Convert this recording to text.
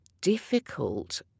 difficult